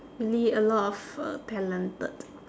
really a lot of uh talented